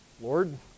Lord